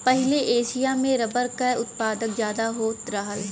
पहिले एसिया में रबर क उत्पादन जादा होत रहल